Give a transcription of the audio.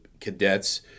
Cadets